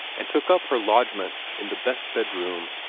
and took up her lodgement in the best bedroom,